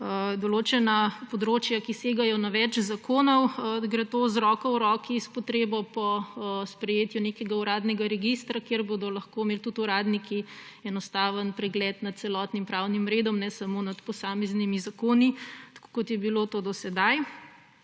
določena področja, ki segajo v več zakonov. To gre z roko v roki s potrebo po sprejetju nekega uradnega registra, kjer bodo lahko imeli tudi uradniki enostaven pregled nad celotnim pravnim redom, ne samo nad posameznimi zakoni, kot je bilo to do sedaj.